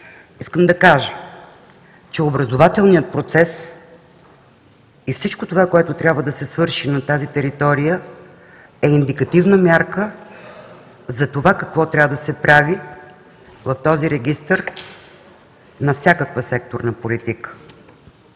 Искам да кажа, че образователният процес и всичко това, което трябва да се свърши на тази територия, е индикативна мярка за това, какво трябва да се прави в този регистър на всякаква секторна политика.